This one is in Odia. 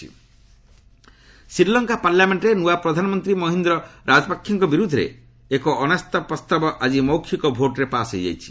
ରିଭାଇଜ୍ ଶ୍ରୀଲଙ୍କା ଶ୍ରୀଲଙ୍କା ପାର୍ଲାମେଣ୍ଟରେ ନୂଆ ପ୍ରଧାନମନ୍ତ୍ରୀ ମହିନ୍ଦ୍ର ରାଜପାକ୍ଷେଙ୍କ ବିରୁଦ୍ଧରେ ଏକ ଅନାସ୍ଥା ପ୍ରସ୍ତାବ ଆଜି ମୌଖିକ ଭୋଟ୍ରେ ପାଶ୍ ହୋଇଯାଇଛି